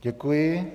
Děkuji.